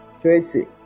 Tracy